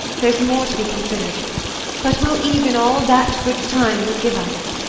there's more to be consider'd but we'll even all that good time will give us.